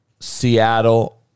Seattle